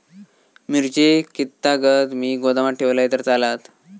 मिरची कीततागत मी गोदामात ठेवलंय तर चालात?